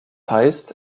heißt